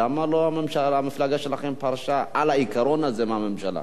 למה המפלגה שלכם לא פרשה על העיקרון הזה מהממשלה?